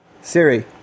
Siri